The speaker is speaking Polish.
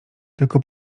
tylko